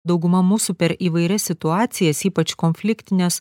dauguma mūsų per įvairias situacijas ypač konfliktines